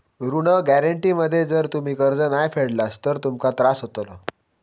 ऋण गॅरेंटी मध्ये जर तुम्ही कर्ज नाय फेडलास तर तुमका त्रास होतलो